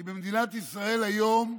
כי במדינת ישראל היום,